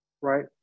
right